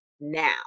Now